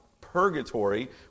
purgatory